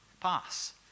pass